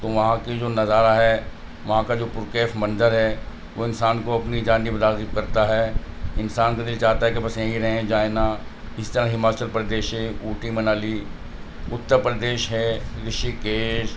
تو وہاں کی جو نظارہ ہے وہاں کا جو پرکیف منظر ہے وہ انسان کو اپنی جانب راغب کرتا ہے انسان کا دل چاہتا ہے کہ بس یہیں رہیں جائیں نا اس طرح ہماچل پردیش ہے اوٹی منالی اتر پردیش ہے رشی کیش